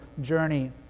journey